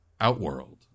Outworld